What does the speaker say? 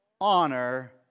honor